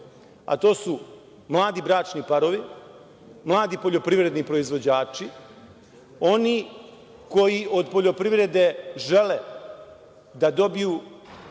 To su mladi bračni parovi, mladi poljoprivredni proizvođači, oni koji od poljoprivrede žele da dobiju